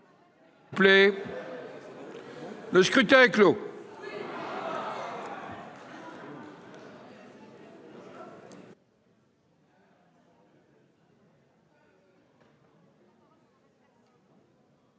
Le scrutin est clos.